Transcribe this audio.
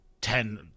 Ten